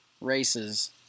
races